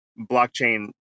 blockchain